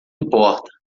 importa